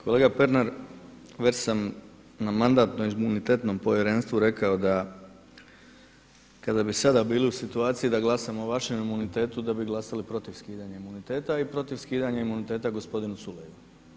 Kolega Pernar, već sam na Mandatno-imunitetnom povjerenstvu rekao da kada bi sada bili u situaciji da glasamo o vašem imunitetu da bi glasali protiv skidanja imuniteta i protiv skidanja imuniteta gospodinu Culeju.